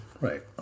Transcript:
Right